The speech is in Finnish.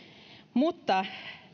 mutta